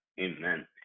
Amen